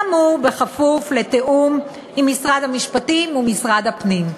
כאמור בכפוף לתיאום עם משרד המשפטים ומשרד הפנים.